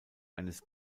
eines